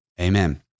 Amen